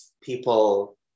people